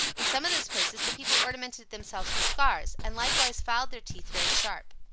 in some of those places the people ornamented themselves with scars, and likewise filed their teeth very sharp.